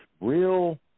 real